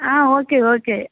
okay okay